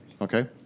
Okay